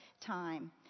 time